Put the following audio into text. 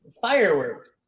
firework